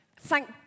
thank